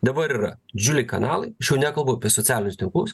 dabar yra džiuliai kanalai aš jau nekalbu apie socialinius tinklus